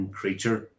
creature